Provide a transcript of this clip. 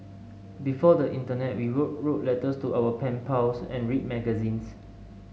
before the internet we wrote wrote letters to our pen pals and read magazines